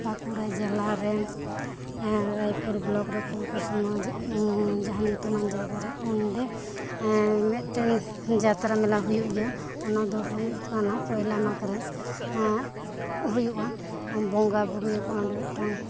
ᱵᱟᱸᱠᱩᱲᱟ ᱡᱮᱞᱟ ᱨᱮᱱ ᱨᱟᱭᱯᱩᱨ ᱵᱞᱚᱠ ᱨᱮ ᱯᱷᱩᱞᱠᱩᱥᱢᱟᱹ ᱡᱮ ᱡᱟᱦᱟᱸ ᱧᱩᱛᱩᱢᱟᱱ ᱡᱟᱭᱜᱟ ᱨᱮ ᱚᱸᱰᱮ ᱢᱤᱫᱴᱟᱱ ᱡᱟᱛᱨᱟ ᱢᱮᱞᱟ ᱦᱩᱭᱩᱜ ᱜᱮᱭᱟ ᱚᱱᱟ ᱫᱚ ᱦᱩᱭᱩᱜ ᱠᱟᱱᱟ ᱯᱳᱭᱞᱟᱹᱢᱟᱜᱽ ᱨᱮ ᱦᱩᱭᱩᱜᱼᱟ ᱵᱚᱸᱜᱟ ᱵᱳᱨᱳ ᱭᱟᱠᱚ ᱚᱸᱰᱮ ᱢᱤᱫᱴᱟᱱ